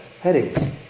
Headings